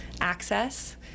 access